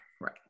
right